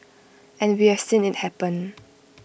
and we have seen IT happen